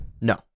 No